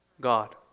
God